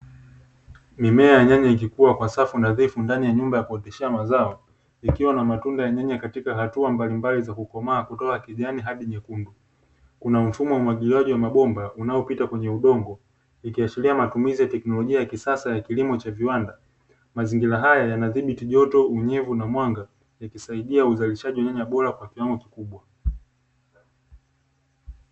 Mimea ya nyanya ikikuwa kwa safu nadhifu ndani ya nyumba ya kuotesha mazao, ikiwa na matunda ya nyanya katika hatua mbalimbali za kukomaa kutoka kijani hadi nyekundu. Kuna mfumo umwagiliaji wa mabomba unaopita kwenye udongo, ikiashiria matumizi ya teknolojia ya kisasa ya kilimo cha viwanda. Mazingira haya yanadhibiti joto, unyevu na mwanga; ikisaidia uzalishaji nyanya bora kwa kiwango kikubwa.